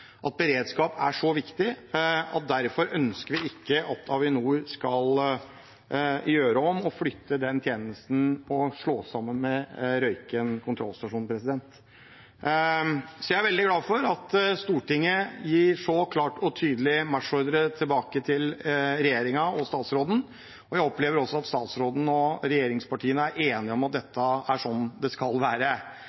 Beredskap er så viktig at derfor ønsker vi ikke at Avinor skal gjøre om på det, flytte den tjenesten og slå den sammen med Røyken kontrollstasjon. Jeg er veldig glad for at Stortinget gir en så klar og tydelig marsjordre til regjeringen og statsråden. Jeg opplever også at statsråden og regjeringspartiene er enige om at dette er sånn det